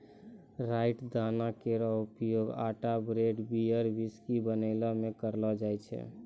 राई दाना केरो उपयोग आटा ब्रेड, बियर, व्हिस्की बनैला म करलो जाय छै